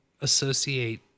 associate